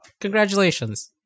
Congratulations